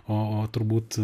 o turbūt